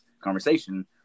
conversation